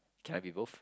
can I be both